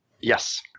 Yes